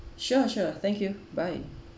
sure sure thank you bye